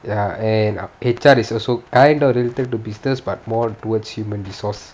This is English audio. ya and H_R is also kind if related to business but more towards human resource